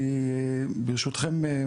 ברשותכם,